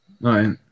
right